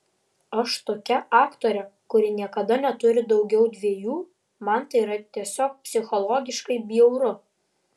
aš tokia aktorė kuri niekada neturi daugiau dviejų man tai yra tiesiog psichologiškai bjauru